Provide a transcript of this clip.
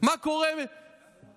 מה קורה בחדרי-החדרים,